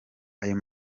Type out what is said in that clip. ayo